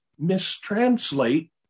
mistranslate